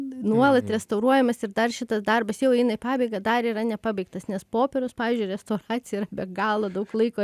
nuolat restauruojamas ir dar šitas darbas jau eina į pabaigą dar yra nepabaigtas nes popieriaus pavyzdžiui restauracija yra be galo daug laiko